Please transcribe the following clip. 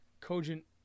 cogent